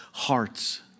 Hearts